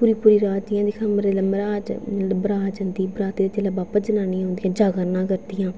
पूरी पूरी रात जि'यां दिक्खां ओह् जेल्लै मर्हाज बरात जंदी जेल्लै बापस जनानियां औंदियां जागरना करदियां